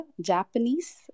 Japanese